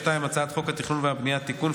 2. הצעת חוק התכנון והבנייה (תיקון,